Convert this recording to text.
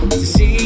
see